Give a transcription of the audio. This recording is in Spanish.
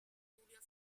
tulio